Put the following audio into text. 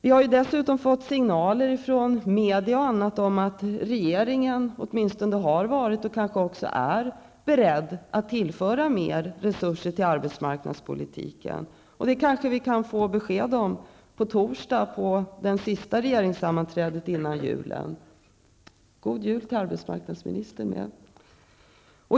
Vi har dessutom fått signaler från media och andra håll om att regeringen åtminstone har varit och kanske också är beredd att tillföra mer resurser till arbetsmarknadspolitiska åtgärder. Om den saken kan vi kanske få besked på torsdag efter det sista regeringssammanträdet före jul. God jul, arbetsmarknadsministern!